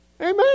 Amen